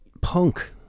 Punk